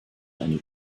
eine